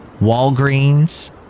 Walgreens